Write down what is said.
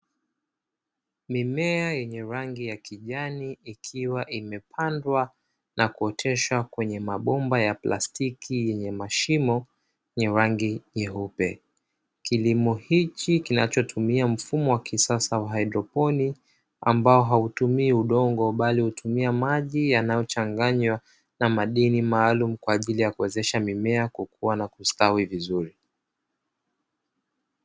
Mimea yenye rangi ya kijani ikiwa imepandwa na kuoteshwa kwenye mabomba ya prastiki yenye mashimo yenye rangi nyeupe, kilimo hiki ninachotumia mfumo wa kisasa wa haydroponiki ambao hautumii udongo bali hutumia maji yanayochanganywa na madini maalumu kwaajili ya kuwezesha mimea kukja na kustawi vizuri.